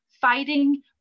fighting